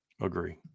Agree